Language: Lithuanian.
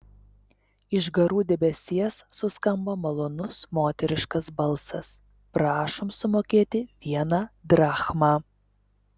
iš garų debesies suskambo malonus moteriškas balsas prašom sumokėti vieną drachmą